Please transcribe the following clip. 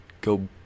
go